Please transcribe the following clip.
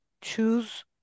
choose